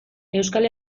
euskal